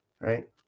right